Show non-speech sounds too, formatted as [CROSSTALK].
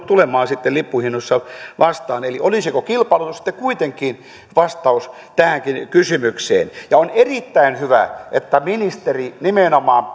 [UNINTELLIGIBLE] tulemaan lippuhinnoissaan vastaan eli olisiko kilpailutus sitten kuitenkin vastaus tähänkin kysymykseen on erittäin hyvä että ministeri nimenomaan [UNINTELLIGIBLE]